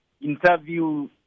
interview